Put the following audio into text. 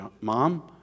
Mom